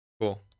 cool